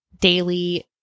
daily